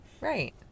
right